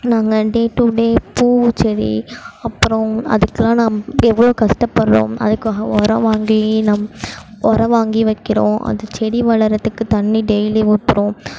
நாங்கள் day to day பூச்செடி அப்பறம் அதுக்கெல்லாம் நாங்க எவ்வளோ கஷ்டபடுறோம் அதுக்காக உரம் வாங்கி உரம் வாங்கி வைக்கிறோம் அது செடி வளர்றத்துக்கு தண்ணிர் டெய்லி ஊத்துகிறோம்